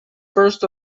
first